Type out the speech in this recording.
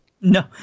No